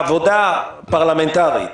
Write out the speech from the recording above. העבודה הפרלמנטרית.